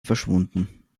verschwunden